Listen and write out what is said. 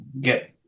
get